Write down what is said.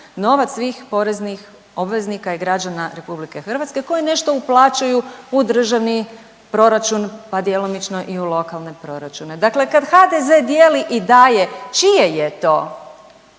novac svih poreznih obveznika i građana Republike Hrvatske koji nešto uplaćuju u državni proračun pa djelomično i u lokalne proračune. Dakle, kad HDZ dijeli i daje čije je to